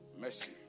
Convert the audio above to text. Mercy